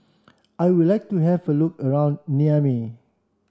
I would like to have a look around Niamey